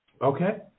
Okay